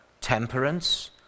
temperance